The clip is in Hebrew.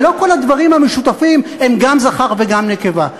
ולא כל הדברים המשותפים הם גם זכר וגם נקבה.